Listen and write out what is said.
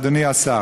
אדוני השר,